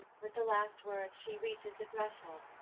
with the last words she reaches the threshold,